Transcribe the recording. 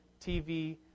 TV